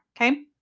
Okay